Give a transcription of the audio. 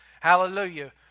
Hallelujah